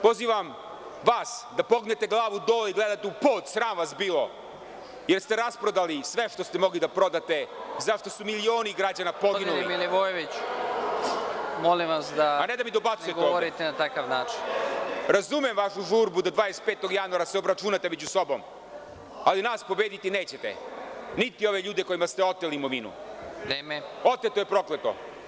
Pozivam vas da pognete glavu dole i gledate u pod, sram vas bilo, jer ste rasprodali sve što ste mogli da prodate, za šta su milioni građana poginuli, a ne da mi dobacujete. (Predsednik: Nemojte da govorite na takav način.) Razumem vašu žurbu da se 25. januara obračunate među sobom, ali nas pobediti nećete, niti ove ljude kojima ste oteli imovinu. (Predsednik: Vreme.) Oteto je prokleto.